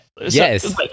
Yes